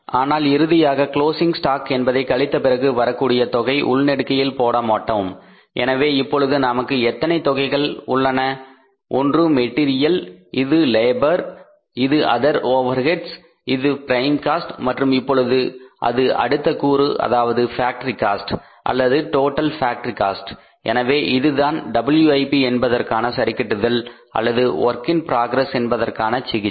ஆனால் இறுதியாக closing stock என்பதை கழித்த பிறகு வரக்கூடிய தொகையை உள்நெடுக்கையில் போடமாட்டோம் எனவே இப்பொழுது நமக்கு எத்தனை தொகைகள் நமக்கு உள்ளன ஒன்று மெட்டீரியல் இது லேபர் இது அதர் ஓவர்ஹெட்ஸ் இது ப்ரைம் காஸ்ட் மற்றும் இப்பொழுது இது அடுத்த கூறு அதாவது ஃபேக்டரி காஸ்ட் அல்லது டோட்டல் ஃபேக்டரி காஸ்ட் எனவே இதுதான் WIP என்பதற்கான சரிகட்டுதல் அல்லது வேர்க் இன் புரோகிரஸ் என்பதற்கான சிகிச்சை